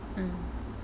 mm